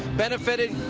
benefited.